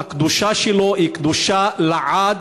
הקדושה שלו היא קדושה לעד,